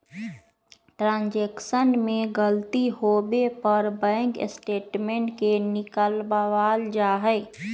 transaction में गलती होवे पर बैंक स्टेटमेंट के निकलवावल जा हई